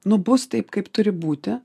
nu bus taip kaip turi būti